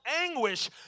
anguish